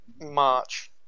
March